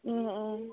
অঁ অঁ